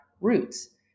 roots